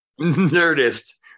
Nerdist